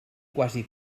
quasi